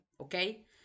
okay